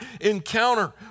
encounter